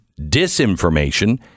disinformation